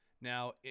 now